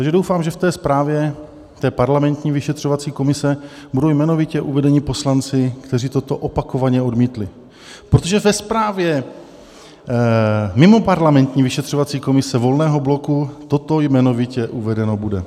Takže doufám, že ve zprávě parlamentní vyšetřovací komise budou jmenovitě uvedeni poslanci, kteří toto opakovaně odmítli, protože ve zprávě mimoparlamentní vyšetřovací komise Volného bloku toto jmenovitě uvedeno bude.